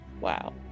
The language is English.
Wow